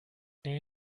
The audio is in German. den